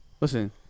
Listen